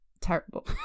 terrible